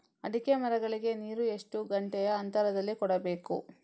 ಅಡಿಕೆ ಮರಗಳಿಗೆ ನೀರು ಎಷ್ಟು ಗಂಟೆಯ ಅಂತರದಲಿ ಕೊಡಬೇಕು?